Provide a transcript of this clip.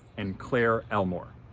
and claire elmore.